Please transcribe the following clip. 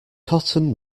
cotton